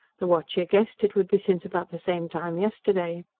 the watcher guessed it would be since about the same time yesterday.